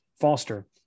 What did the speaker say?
Foster